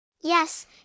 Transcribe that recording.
Yes